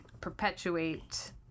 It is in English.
perpetuate